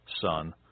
son